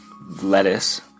lettuce